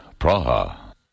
Praha